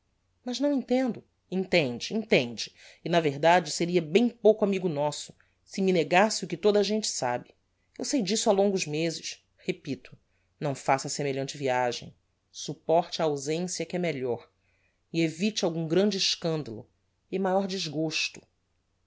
mas não entendo entende entende e na verdade seria bem pouco amigo nosso se me negasse o que toda a gente sabe eu sei disso ha longos mezes repito não faça semelhante viagem supporte a ausencia que é melhor e evite algum grande escandalo e maior desgosto